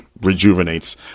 rejuvenates